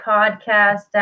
Podcast